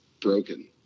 broken